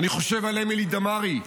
אני חושב על אמילי דמארי,